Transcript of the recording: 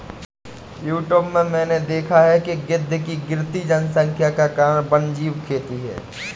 YouTube में मैंने देखा है कि गिद्ध की गिरती जनसंख्या का कारण वन्यजीव खेती है